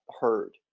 heard